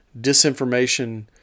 disinformation